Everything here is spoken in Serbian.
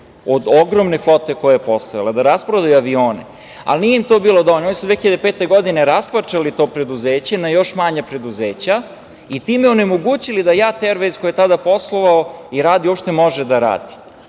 od ogromne flote koja je postojala, da rasprodaju avione. Ali, nije im to bilo dovoljno. Oni su 2005. godine rasparčali to preduzeće na još manja preduzeća i time onemogućili da „JAT Ervajz“ koji je tada poslovao i radio uopšte može da radi,